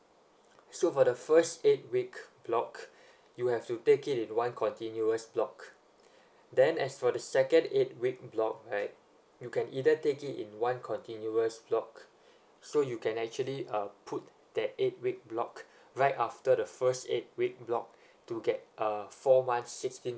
so for the first eight week block you have to take it in one continuous block then as for the second eight week block right you can either take it in one continuous block so you can actually put that eight week block right after the first eight week block to get four months sixteen